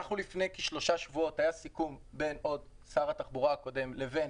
לפני כשלושה שבועות היה סיכום בין שר התחבורה הקודם לבין